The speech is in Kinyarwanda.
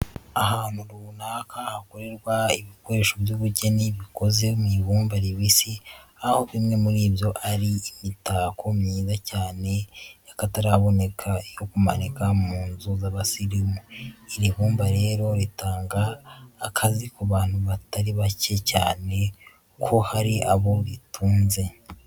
Ahantu runaka hakorerwa ibikoresho by'ubugeni bikoze mu ibumba ribisi, aho bimwe muri byo ari imitako myiza cyane y'akataraboneka, yo kumanika mu nzu z'abasirimu, iri bumba rero ritanga akazi ku bantu batari bake, cyane ko hari abo bitunze.